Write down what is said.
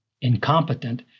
incompetent